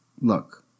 Look